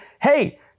hey